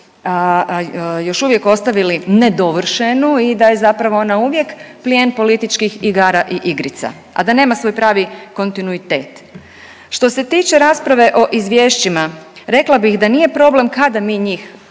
državu još uvijek ostavili nedovršenu i da je zapravo ona uvijek plijen političkih igara i igrica, a da nema svoj pravi kontinuitet. Što se tiče rasprave o izvješćima rekla bih da nije problem kada mi njih raspravljamo